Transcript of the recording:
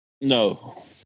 no